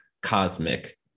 cosmic